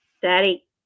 daddy